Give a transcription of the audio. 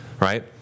Right